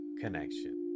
connection